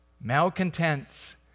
malcontents